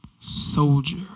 soldier